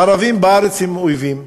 הערבים בארץ הם אויבים.